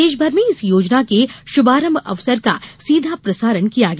देश भर में इस योजना की शुभारंभ अवसर का सीधा प्रसारण किया गया